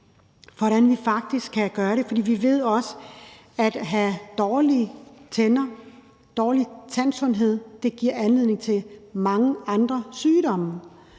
hvordan vi faktisk kan gøre det, for vi ved også, at det at have dårlige tænder, dårlig tandsundhed, giver anledning til mange andre sygdomme.